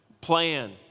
plan